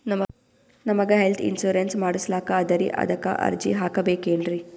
ನಮಗ health insurance ಮಾಡಸ್ಲಾಕ ಅದರಿ ಅದಕ್ಕ ಅರ್ಜಿ ಹಾಕಬಕೇನ್ರಿ?